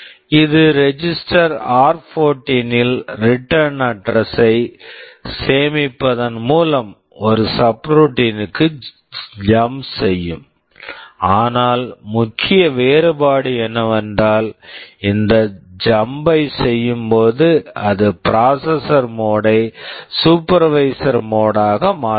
இது register register ஆர்14 r14 இல் ரிட்டர்ன் அட்ரஸ் return address ஐச் சேமிப்பதன் மூலம் ஒரு சப்ரூட்டின் subroutine க்குச் ஜம்ப் jump செய்யும் ஆனால் முக்கிய வேறுபாடு என்னவென்றால் இந்த ஜம்ப் jump ஐச் செய்யும்போது அது ப்ராசஸர் மோட் processor mode ஐ சூப்பர்வைஸர் மோட் supervisor mode ஆக மாற்றும்